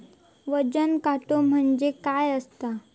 वजन काटो म्हणजे काय असता?